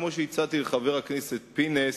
כמו שהצעתי לחבר הכנסת פינס,